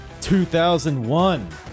2001